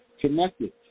connected